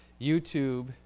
YouTube